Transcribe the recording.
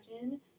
imagine